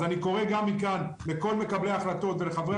אז אני קורא גם מכאן לכל מקבלי ההחלטות ולחברי